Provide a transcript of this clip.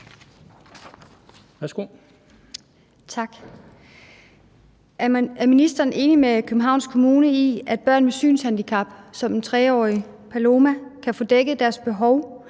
Er ministeren enig med Københavns Kommune i, at børn med synshandicap, som den 3-årige Paloma, kan få dækket deres behov